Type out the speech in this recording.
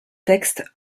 texte